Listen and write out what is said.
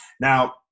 Now